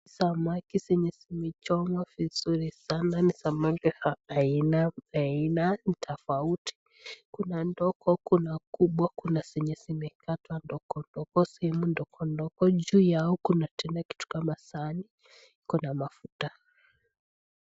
Samaki zenye zimechomwa vizuri sana ni samaki za aina aina tofauti. Kuna ndogo, kuna kubwa, kuna zenye zimekatwa ndogo ndogo, sehemu ndogo ndogo. Juu yao kuna tena kitu kama sahani iko na mafuta.